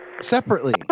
Separately